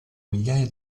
migliaia